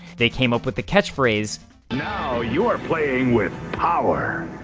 they came up with the catchphrase now you're playing with power.